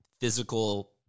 physical